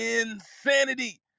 insanity